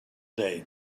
day